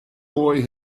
boy